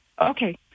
Okay